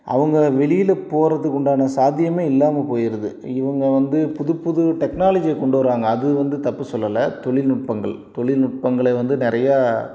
அவங்க வெளியில் போகிறதுக்கு உண்டான சாத்தியம் இல்லாமல் போய்ருது இவங்க வந்து புதுப்புது டெக்னாலஜியை கொண்டு வர்றாங்க அது வந்து தப்பு சொல்லலை தொழில்நுட்பங்கள் தொழில்நுட்பங்களை வந்து நிறையா